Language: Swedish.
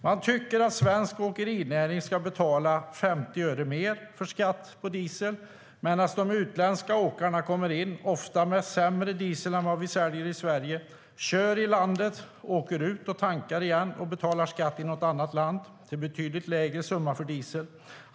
Man tycker att svensk åkerinäring ska betala 50 öre mer i skatt på diesel, medan de utländska åkarna kommer in, ofta med sämre diesel än vi säljer i Sverige, kör i landet och sedan åker ut och tankar och betalar skatt i något annat land, där summan är betydligt lägre för diesel.